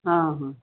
ହଁ ହଁ